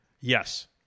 Yes